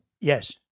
Yes